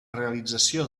realització